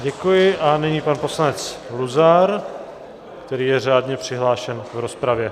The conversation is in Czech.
Děkuji a nyní pan poslanec Luzar, který je řádně přihlášen v rozpravě.